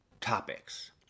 topics